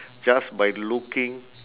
just by looking